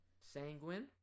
Sanguine